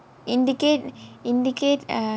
indicate indicate err